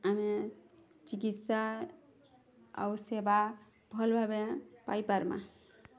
ଆମେ ଚିକିତ୍ସା ଆଉ ସେବା ଭଲ୍ ଭାବରେ ପାଇ ପାର୍ମାଁ